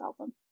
album